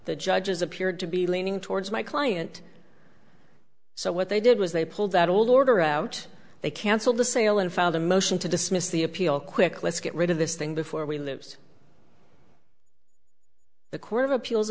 the judges appeared to be leaning towards my client so what they did was they pulled that old order out they canceled the sale and filed a motion to dismiss the appeal quick let's get rid of this thing before we lose the court of appeals